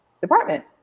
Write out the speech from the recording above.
department